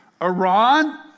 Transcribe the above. Iran